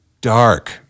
dark